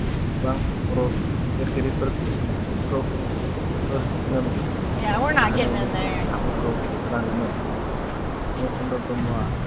गोबां बर' लिरगिरिफोरखौ फोर जोनोम जाहोनायनि खाबुखौ होलांदोंमोन प्रमद चन्द्र ब्रह्मआ